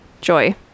Joy